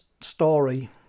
story